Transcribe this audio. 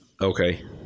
Okay